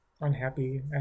unhappy